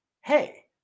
Hey